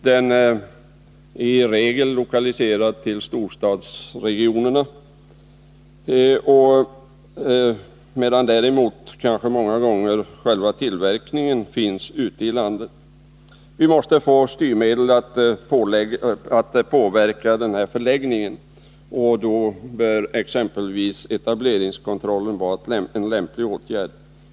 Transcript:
Den är i regel lokaliserad till storstadsregionerna, medan däremot själva tillverkningen ofta finns ute i landet. Vi måste få styrmedel för att påverka den här förläggningen, och då bör exempelvis etableringskontrollen vara en lämplig åtgärd.